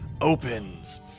opens